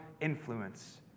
influence